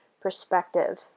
perspective